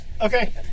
okay